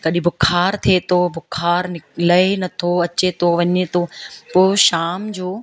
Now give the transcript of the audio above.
कॾहिं बुखार थिए थो बुखार नि लहे ई नथो अचे थो वञे थो पोइ शाम जो